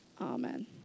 Amen